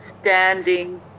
standing